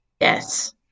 yes